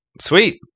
Sweet